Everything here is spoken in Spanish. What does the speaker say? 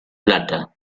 plata